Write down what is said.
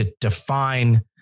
Define